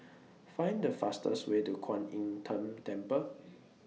Find The fastest Way to Kwan Im Tng Temple